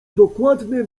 dokładne